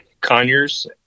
Conyers